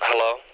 Hello